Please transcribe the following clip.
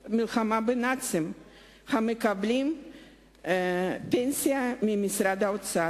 נכי המלחמה בנאצים המקבלים פנסיה ממשרד האוצר,